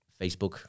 facebook